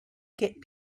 get